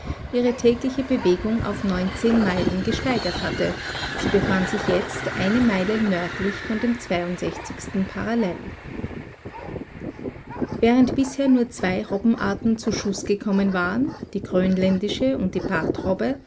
ihre tägliche bewegung auf neunzehn meilen gesteigert hatte sie befand sich jetzt eine meile nördlich von dem zweiundsechzigsten parallel während bisher nur zwei robbenarten zu schuß gekommen waren die grönländische und die